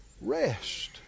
rest